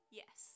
yes